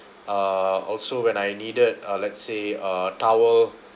uh also when I needed uh let's say uh towel